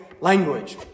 language